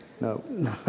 No